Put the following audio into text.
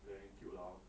thank you lah